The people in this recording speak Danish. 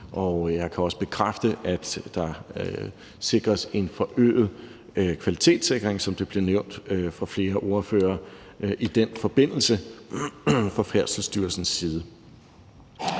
Jeg kan også bekræfte, at der sikres en forøget kvalitetssikring, som det i den forbindelse bliver nævnt af flere ordførere, fra Færdselsstyrelsens side.